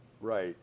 Right